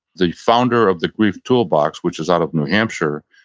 the founder of the grief toolbox, which is out of new hampshire,